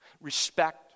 respect